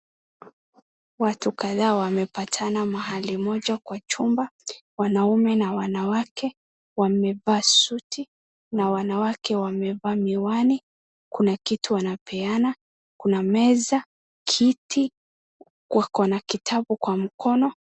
Watu kadhaa wamepatana mahali moja kwa chumba. Wanaume na wanawake wamevaa suti, na wanawake wamevaa miwani. Kuna kitu wanapeana. Kuna meza, kiti, wako na kitabu kwa mkono.